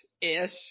ish